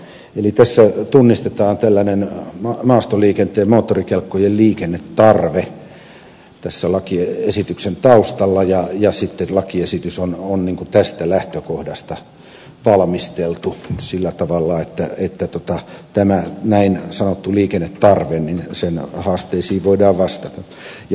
eli tässä lakiesityksen taustalla on tunnistettavissa tällainen maastoliikenteen moottorikelkkojen liikennetarve ja sitten lakiesitys on tästä lähtökohdasta valmisteltu sillä tavalla että tämän näin sanotun liikennetarpeen haasteisiin voidaan vastata